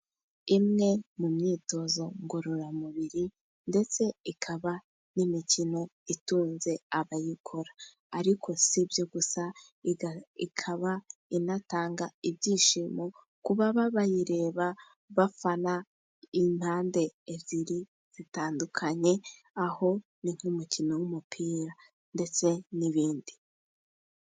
Imwe mu myitozo ngororamubiri ndetse ikaba n'imikino itunze abayikora. Ariko si byo gusa, ikaba inatanga ibyishimo ku bayireba bafana impande ebyiri zitandukanye, aho ni nk'umukino w'umupira ndetse n'ibindi.